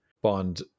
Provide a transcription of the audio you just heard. bond